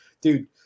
dude